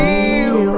Feel